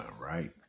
right